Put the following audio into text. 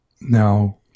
Now